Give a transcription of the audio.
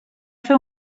fer